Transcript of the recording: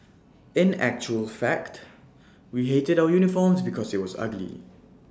in actual fact we hated our uniforms because IT was ugly